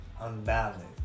unbalanced